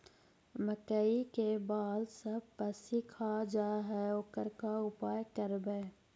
मकइ के बाल सब पशी खा जा है ओकर का उपाय करबै?